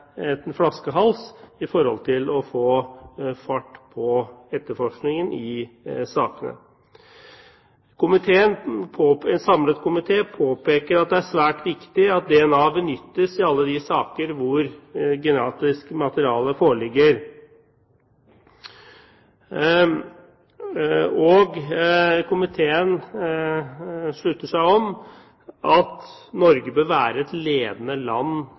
en flaskehals med hensyn til å få fart på etterforskningen i sakene. En samlet komité påpeker at det er svært viktig at DNA benyttes i alle de saker hvor genetisk materiale foreligger, og komiteen slutter opp om at Norge bør være ledende